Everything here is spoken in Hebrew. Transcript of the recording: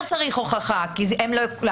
אם זה על התביעה,